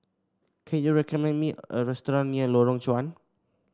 can you recommend me a restaurant near Lorong Chuan